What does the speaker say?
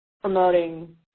promoting